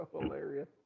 hilarious